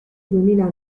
duemila